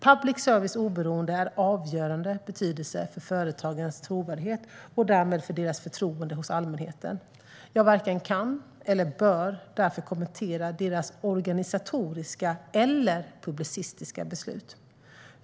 Public services oberoende är av avgörande betydelse för företagens trovärdighet och därmed för deras förtroende hos allmänheten. Jag varken kan eller bör därför kommentera deras organisatoriska eller publicistiska beslut.